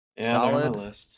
Solid